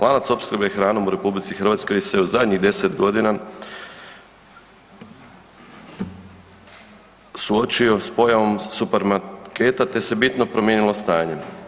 Lanac opskrbe hranom u RH se u zadnjih 10 g. suočio s pojavom supermarketa te se bitno promijenilo stanje.